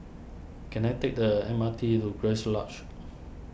can I take the M R T to Grace Lodge